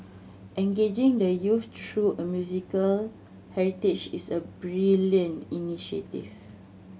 engaging the youth through a musical heritage is a brilliant initiative